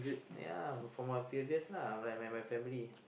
ya for for my previous lah like with my family